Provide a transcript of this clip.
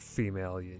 female